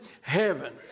heaven